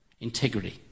Integrity